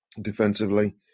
defensively